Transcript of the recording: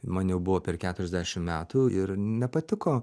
man jau buvo per keturiasdešim metų ir nepatiko